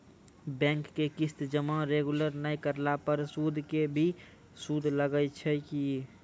Bank के किस्त जमा रेगुलर नै करला पर सुद के भी सुद लागै छै कि?